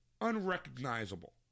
unrecognizable